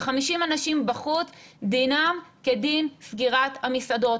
ו-50 אנשים בחוץ דינם כדין סגירת המסעדות.